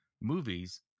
movies